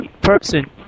person